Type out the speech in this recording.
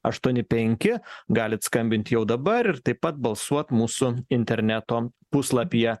aštuoni penki galit skambint jau dabar taip pat balsuot mūsų interneto puslapyje